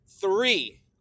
three